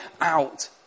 out